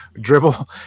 dribble